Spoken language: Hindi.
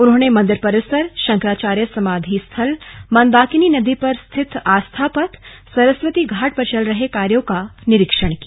उन्होंने मंदिर परिसर शंकराचार्य समाधि स्थल मंदाकिनी नदी पर स्थित आस्था पथ सरस्वती घाट पर चल रहे कार्यो का निरीक्षण किया